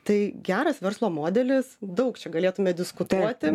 tai geras verslo modelis daug čia galėtume diskutuoti